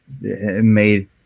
made